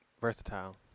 versatile